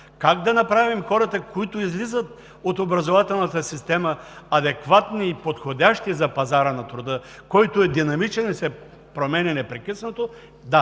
как да направим хората, които излизат от образователната система адекватни и подходящи за пазара на труда, който е динамичен и се променя непрекъснато –